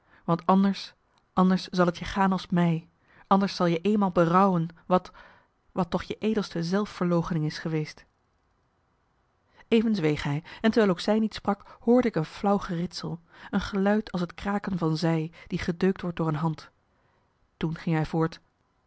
want anders anders zal t je gaan als mij anders zal je eenmaal berouwen wat wat toch je edelste zelfverloochening is geweest even zweeg hij en terwijl ook zij niet sprak hoorde ik een flauw geritsel een geluid als het kraken van zij die gedeukt wordt door een hand toen ging hij voort